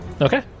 Okay